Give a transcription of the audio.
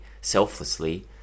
selflessly